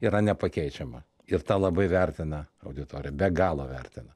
yra nepakeičiama ir tą labai vertina auditorija be galo vertina